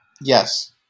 Yes